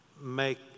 make